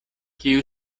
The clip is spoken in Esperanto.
kiu